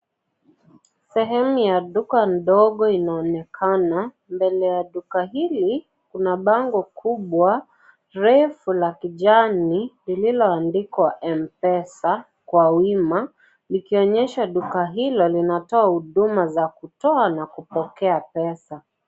Sehemu ya duka ndogo inaonekana, mbele ya duka hili kuna bango kubwa refu la kijani lililo andikwa M pesa kwa wima likionyesha duka hilo linatoa huduma za kutoa na kupokea pesa.